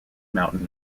mountain